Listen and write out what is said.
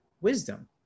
wisdom